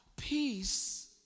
peace